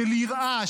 של יראה,